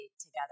together